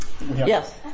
Yes